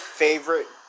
favorite